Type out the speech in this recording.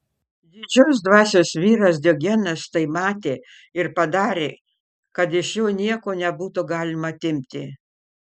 didžios dvasios vyras diogenas tai matė ir padarė kad iš jo nieko nebūtų galima atimti